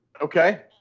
Okay